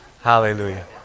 Hallelujah